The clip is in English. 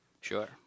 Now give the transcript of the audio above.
Sure